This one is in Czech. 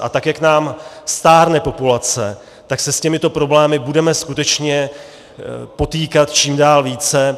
A tak jak nám stárne populace, tak se s těmito problémy budeme skutečně potýkat čím dál více.